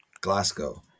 Glasgow